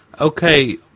Okay